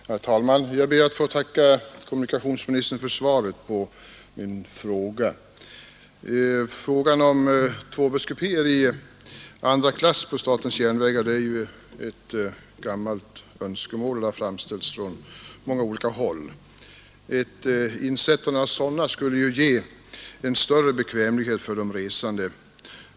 Herr talman! Jag ber att få tacka kommunikationsministern för svaret på min fråga. Införande av tvåbäddskupéer i andra klass på statens järnvägar är ett gammalt önskemål, och det har framställts från många olika håll. Ett insättande av sådana skulle ju ge en större bekvämlighet för de resande.